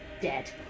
dead